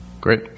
Great